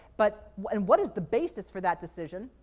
but what and what is the basis for that decision?